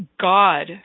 God